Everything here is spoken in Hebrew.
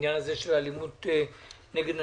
העניין הזה של אלימות נגד נשים.